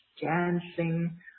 dancing